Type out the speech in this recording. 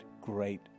great